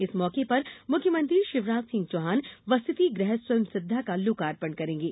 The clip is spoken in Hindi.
इस मौके पर मुख्यमंत्री शिवराज सिंह चौहान वसतीगृह स्वयंसिद्दा का लोकार्पण करेंगे